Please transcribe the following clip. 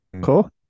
Cool